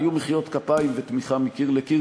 היו מחיאות כפיים ותמיכה מקיר לקיר,